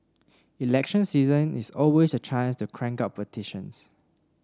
election season is always a chance to crank out petitions